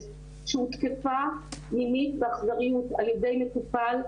שהותקפה מינית באכזריות על-ידי מטופל,